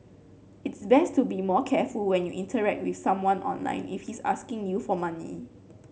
it's best to be more careful when you interact with someone online if he's asking you for money